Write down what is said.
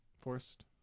forced